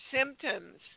symptoms